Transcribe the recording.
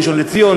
ראשון-לציון,